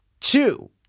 Two